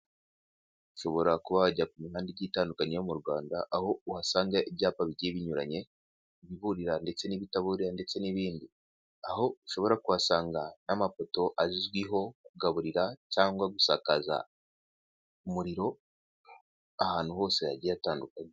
Ushobora kuba wajya ku mihanda itandukanye yo mu Rwanda aho uhasanga ibyapa bigiye binyuranye ibiburira ndetse n'ibitabuririya ndetse n'ibindi aho ushobora kuhasanga n'amafoto azwiho kugaburira cyangwa gusakaza umuriro ahantu hose hagiye hatandukanye